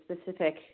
specific